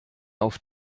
auf